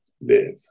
live